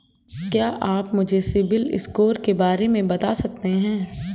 क्या आप मुझे सिबिल स्कोर के बारे में बता सकते हैं?